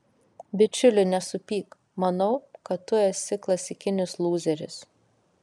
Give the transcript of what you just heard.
bičiuli nesupyk manau kad tu esi klasikinis lūzeris